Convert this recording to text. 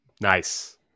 Nice